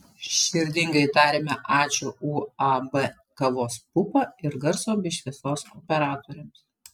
širdingai tariame ačiū uab kavos pupa ir garso bei šviesos operatoriams